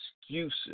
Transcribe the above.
excuses